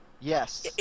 Yes